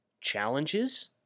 Challenges